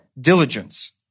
diligence